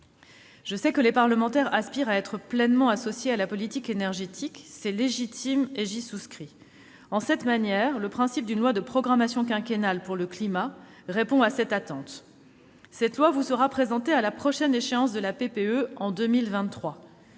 Je sais que les parlementaires aspirent à être pleinement associés à la politique énergétique. C'est légitime, et j'y souscris. Le principe d'une loi de programmation quinquennale pour le climat répond à cette attente. Cette loi vous sera présentée à la prochaine échéance de la PPE, en 2023.